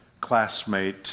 classmate